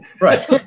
Right